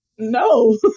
no